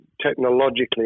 technologically